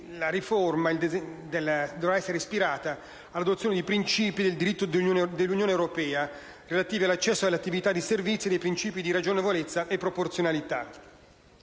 la riforma dovrà essere ispirata a «principi del diritto dell'Unione europea relativi all'accesso alle attività di servizi» e ai «principi di ragionevolezza e proporzionalità».